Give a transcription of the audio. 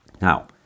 Now